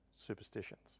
superstitions